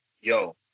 yo